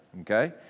okay